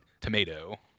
Tomato